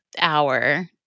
hour